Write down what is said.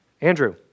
Andrew